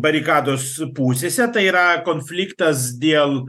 barikados pusėse tai yra konfliktas dėl